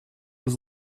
was